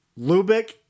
Lubick